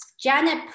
Janet